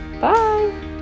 Bye